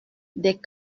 des